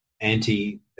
anti